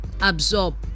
absorb